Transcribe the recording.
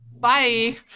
Bye